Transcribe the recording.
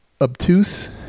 obtuse